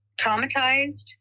traumatized